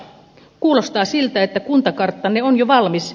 kuulostaa siltä että kuntakarttanne on jo valmis